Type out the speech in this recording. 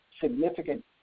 significant